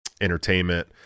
entertainment